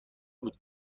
بود